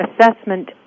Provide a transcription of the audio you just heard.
assessment